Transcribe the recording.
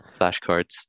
flashcards